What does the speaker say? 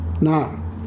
Now